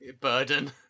Burden